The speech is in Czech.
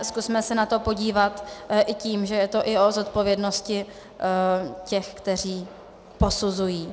Zkusme se na to podívat i tím, že je to i o zodpovědnosti těch, kteří posuzují.